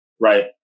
Right